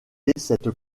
cette